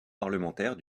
parlementaire